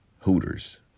Hooters